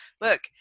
Look